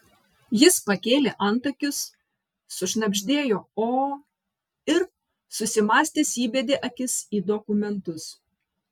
jis pakėlė antakius sušnabždėjo o ir susimąstęs įbedė akis į dokumentus